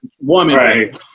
woman